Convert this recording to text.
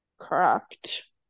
Correct